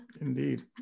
indeed